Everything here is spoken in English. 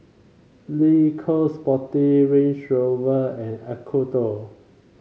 Le Coq Sportif Range Rover and Acuto